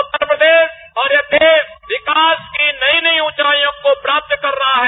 उत्तर प्रदेश और ये देश विकास की नई नई ऊँचाइयों को प्राप्त कर रहा है